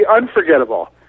unforgettable